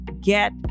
get